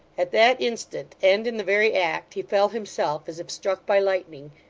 at that instant, and in the very act, he fell himself, as if struck by lightning,